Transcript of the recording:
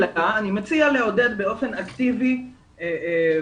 אלא אני מציע לעודד באופן אקטיבי ומתוכנן